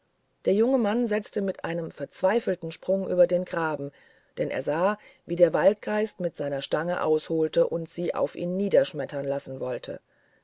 der junge mann setzte mit einem verzweifelten sprung über den graben denn er sah wie der waldgeist mit seiner stange ausholte und sie auf ihn niederschmettern lassen wollte